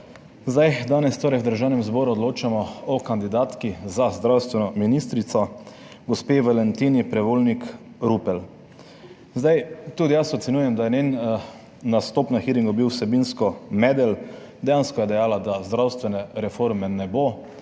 poslanke! Danes v Državnem zboru odločamo o kandidatki za zdravstveno ministrico gospe Valentini Prevolnik Rupel. Tudi jaz ocenjujem, da je njen nastop na hearingu bil vsebinsko medel. Dejansko je dejala, da zdravstvene reforme ne bo,